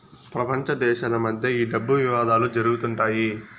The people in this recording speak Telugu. ప్రపంచ దేశాల మధ్య ఈ డబ్బు వివాదాలు జరుగుతుంటాయి